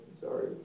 Sorry